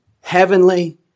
heavenly